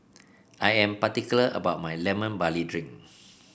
I am particular about my Lemon Barley Drink